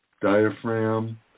diaphragm